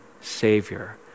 Savior